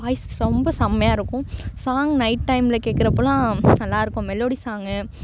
voice ரொம்ப செம்மையாக இருக்கும் சாங் நைட் டைமில் கேக்கிறப்பெல்லாம் நல்லா இருக்கும் மெலோடி சாங்கு